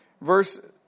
Verse